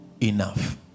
enough